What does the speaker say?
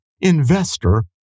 investor